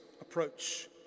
approach